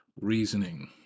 reasoning